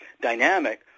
dynamic